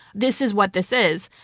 this is what this is.